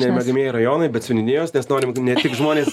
ne megamieji rajonai bet seniūnijos nes norim kad ne tik žmonės